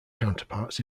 counterparts